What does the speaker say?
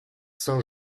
saint